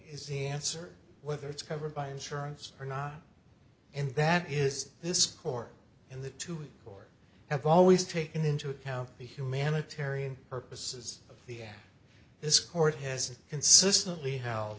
is the answer whether it's covered by insurance or not and that is this court and the two four have always taken into account the humanitarian purposes of the at this court has consistently how